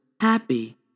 happy